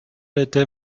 était